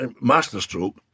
masterstroke